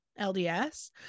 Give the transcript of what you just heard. lds